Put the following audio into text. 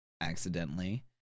accidentally